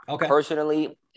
personally